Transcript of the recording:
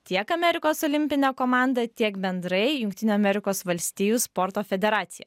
tiek amerikos olimpinę komandą tiek bendrai jungtinių amerikos valstijų sporto federaciją